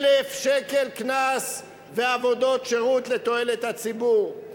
1,000 שקל קנס ועבודות שירות לתועלת הציבור.